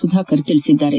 ಸುಧಾಕರ್ ತಿಳಿಸಿದ್ದಾರೆ